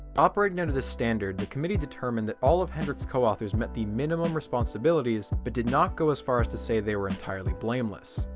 operating under this standard the committee determined that all of hendrik's co-authors met the minimum responsibilities but did not go as far as to say they were entirely blameless.